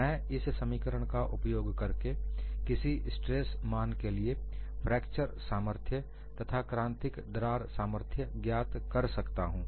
मैं इस समीकरण का उपयोग करके किसी स्ट्रेस मान के लिए फ्रैक्चर सामर्थ्य तथा क्रांतिक दरार सामर्थ्य ज्ञात कर सकता हूं